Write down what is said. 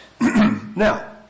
Now